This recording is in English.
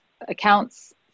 accounts